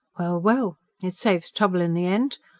well, well! it saves trouble in the end.